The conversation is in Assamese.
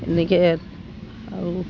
এনেকৈ আৰু